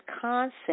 concept